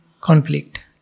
conflict